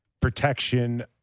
protection